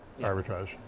arbitrage